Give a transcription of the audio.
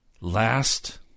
last